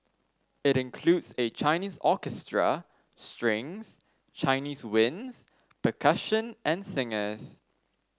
it includes a Chinese orchestra strings Chinese winds percussion and singers